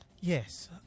Yes